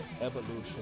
evolution